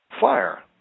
fire